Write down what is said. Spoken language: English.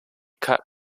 cut